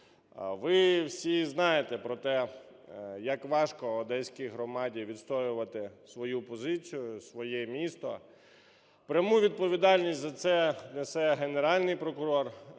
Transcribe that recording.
Ви всі знаєте про те, як важко одеській громаді відстоювати свою позицію, своє місто. Пряму відповідальність за це несе Генеральний прокурор,